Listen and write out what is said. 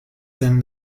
than